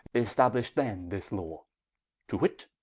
establisht then this law to wit,